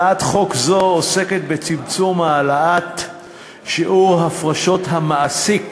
הצעת חוק זו עוסקת בצמצום העלאת שיעור הפרשות המעסיק